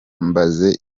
mbaze